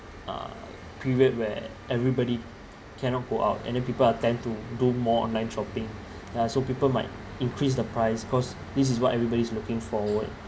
uh period where everybody cannot go out and then people are tend to do more online shopping yeah so people might increase the price cause this is what everybody's looking forward